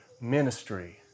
ministry